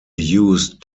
used